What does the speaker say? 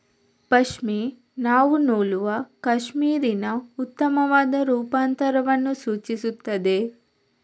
ಪಶ್ಮಿನಾವು ನೂಲುವ ಕ್ಯಾಶ್ಮೀರಿನ ಉತ್ತಮವಾದ ರೂಪಾಂತರವನ್ನು ಸೂಚಿಸುತ್ತದೆ